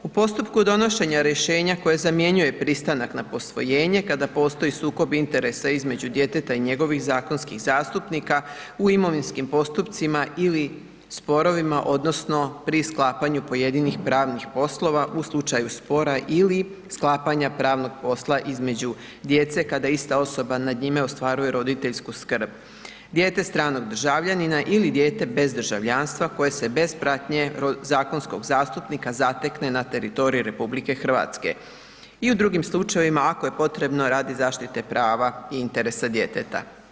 U postupku donošenja rješenja koje zamjenjuje pristanak na posvojenje kada postoji sukob interesa između djeteta i njegovih zakonskih zastupnika u imovinskim postupcima ili sporovima odnosno pri sklapanju pojedinih pravnih poslova u slučaju spora ili sklapanja pravnog posla između djece kada ista osoba nad njime ostvaruje roditeljsku skrb, dijete stranog državljanina ili dijete bez državljanstva koje se bez pratnje zakonskog zastupnika zatekne na teritoriju RH i u drugim slučajevima ako je potrebno radi zaštite prava i interesa djeteta.